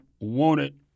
wanted